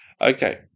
Okay